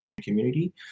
community